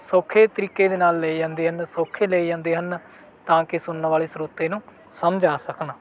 ਸੌਖੇ ਤਰੀਕੇ ਦੇ ਨਾਲ ਲਏ ਜਾਂਦੇ ਹਨ ਸੌਖੇ ਲਏ ਜਾਂਦੇ ਹਨ ਤਾਂ ਕਿ ਸੁਣਨ ਵਾਲੇ ਸਰੋਤੇ ਨੂੰ ਸਮਝ ਆ ਸਕਣ